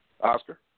Oscar